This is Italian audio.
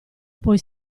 poi